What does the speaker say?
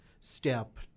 step